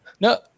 No